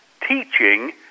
teaching